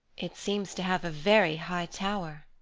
it seems to have a very high tower.